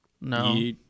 No